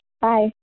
Bye